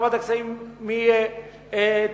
"מרבד הקסמים" מתימן